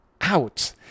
out